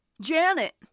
Janet